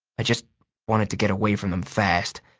i just wanted to get away from them fast.